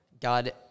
God